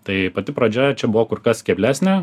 tai pati pradžia čia buvo kur kas keblesnė